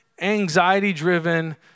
anxiety-driven